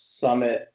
summit